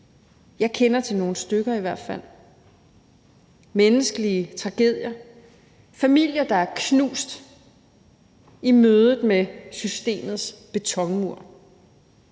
Jeg kender til nogle stykker i hvert fald. Menneskelige tragedier; familier, der er knust i mødet med systemets betonmur.